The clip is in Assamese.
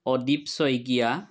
প্ৰদীপ শইকীয়া